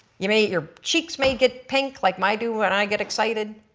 you may your cheeks may get pink like mine do when i get excited.